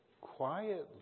quietly